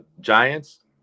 Giants